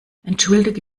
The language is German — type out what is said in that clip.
entschuldige